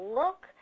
look